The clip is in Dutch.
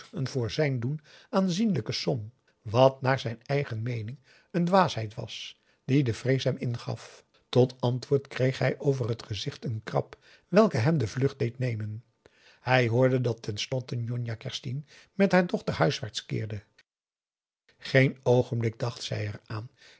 een voor zijn doen aanzienlijke som wat naar zijn eigen meening een dwaasheid was die de vrees hem ingaf tot antwoord kreeg hij over het gezicht een krab welke hem de vlucht deed nemen hij hoorde dat ten slotte njonjah kerstien met haar dochter huiswaarts keerde geen oogenblik dacht zij er aan